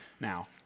Now